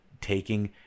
taking